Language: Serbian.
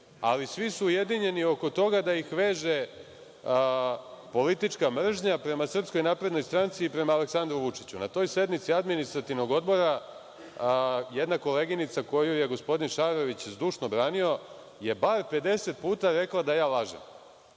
ali svi su ujedinjeni oko toga da ih veže politička mržnja prema SNS i prema Aleksandru Vučiću. Na toj sednici Administrativnog odbora jedna koleginica, koju je gospodin Šarović zdušno branio, je bar 50 puta rekla da ja lažem,